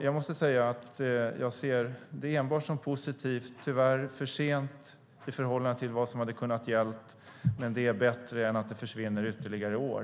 Jag ser det enbart som positivt. Det är tyvärr för sent i förhållande till vad som hade kunnat gälla. Men det är bättre än att det försvinner ytterligare år.